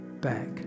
back